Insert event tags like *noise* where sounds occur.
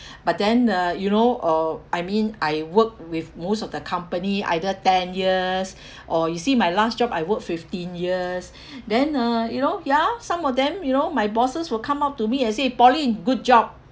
but then uh you know uh I mean I work with most of the company either ten years *breath* or you see my last job I work fifteen years *breath* then uh you know ya some of them you know my bosses will come up to me and say pauline good job